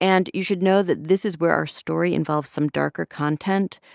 and you should know that this is where our story involves some darker content.